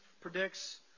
predicts